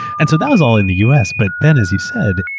and so that was all in the us, but then, as you said,